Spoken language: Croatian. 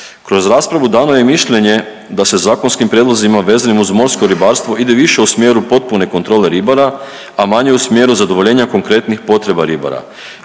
Kroz raspravu, dano je mišljenje da se zakonskim prijedlozima vezanih uz morsko ribarstvo ide više u smjeru potpune kontrole ribara, a manje u smjeru zadovoljenja konkretnih potreba ribara.